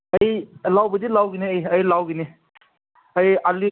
ꯑꯩ ꯂꯧꯕꯗꯤ ꯂꯧꯒꯅꯤ ꯑꯩ ꯂꯧꯒꯅꯤ ꯑꯩ ꯑꯥꯜꯂꯨ